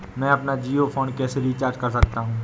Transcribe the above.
मैं अपना जियो फोन कैसे रिचार्ज कर सकता हूँ?